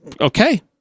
okay